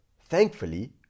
thankfully